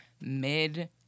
mid